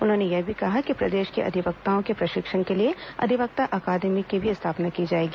उन्होंने यह भी कहा कि प्रदेश के अधिवक्ताओं के प्रशिक्षण के लिए अधिवक्ता अकादमी की भी स्थापना की जाएगी